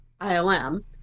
ILM